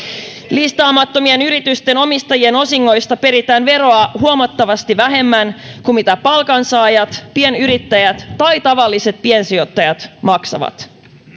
listaamattomien yritysten omistajien osingoista peritään veroa huomattavasti vähemmän kuin palkansaajat pienyrittäjät tai tavalliset piensijoittajat maksavat